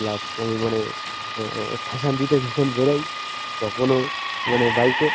plus আমি মানে fashion দিতে যখন বেরোই তখনও মানে বাইকে